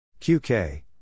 QK